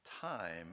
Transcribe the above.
time